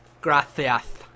Gracias